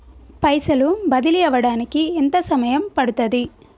పైసలు బదిలీ అవడానికి ఎంత సమయం పడుతది?